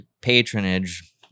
patronage